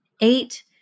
eight